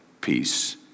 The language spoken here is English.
peace